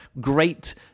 great